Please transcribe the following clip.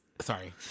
Sorry